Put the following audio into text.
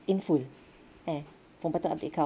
in full eh perempuan tu update kau